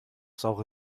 saure